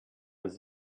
was